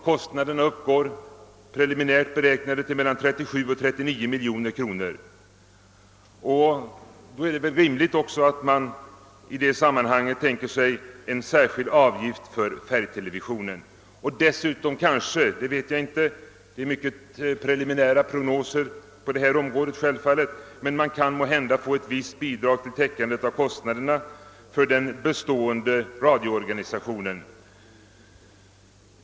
Kostnaderna är preliminärt beräknade till mellan 37 och 39 miljoner kronor, och då är det väl rimligt att man tänker sig en sådan särskild avgift för = färgtelevisionsmottagare. Dessutom kanske man — det vet jag inte, ty det är mycket preliminära prognoser på detta område — kan få ett bidrag till täckande av kostnaderna för den bestående radioorganisationen.